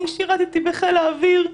אני שירתי בחיל האוויר,